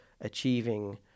achieving